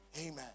Amen